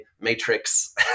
matrix